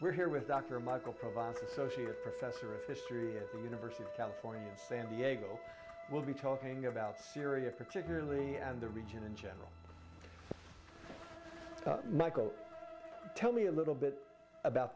we're here with dr michael provides associate professor of history at the university of california san diego we'll be talking about syria particularly and the region in general michael tell me a little bit about